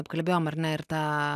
apkalbėjom ar ne ir tą